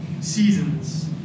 seasons